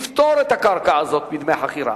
לפטור את הקרקע הזאת מדמי חכירה,